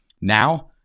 Now